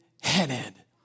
headed